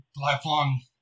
lifelong